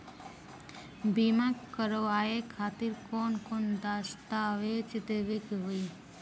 बीमा करवाए खातिर कौन कौन दस्तावेज़ देवे के होई?